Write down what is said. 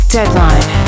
Deadline